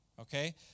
Okay